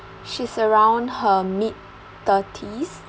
she's around her mid thirties